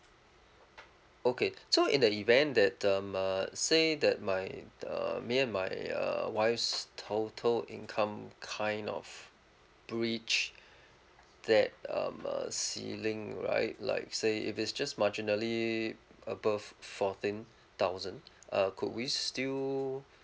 okay so in the event that um uh say that my uh me and my uh wife's total income kind of breach that um uh ceiling right like say if it's just marginally above fourteen thousand uh could we still